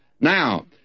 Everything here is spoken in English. Now